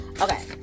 okay